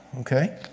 Okay